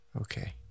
Okay